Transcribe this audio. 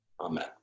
Amen